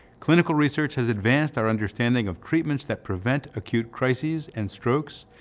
clinical research has advanced our understanding of treatments that prevent acute crises and strokes,